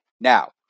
Now